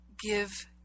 give